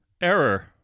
Error